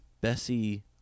Bessie